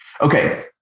Okay